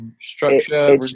structure